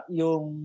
yung